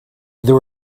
there